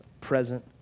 present